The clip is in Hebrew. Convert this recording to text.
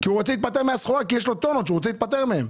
שאין מספיק, כי יש לו טונות שהוא רוצה להיפטר מהם.